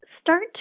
start